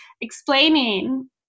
explaining